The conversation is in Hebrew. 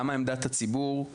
אני לא מזלזל, חלילה,